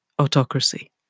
autocracy